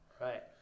Right